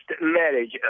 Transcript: marriage